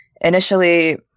initially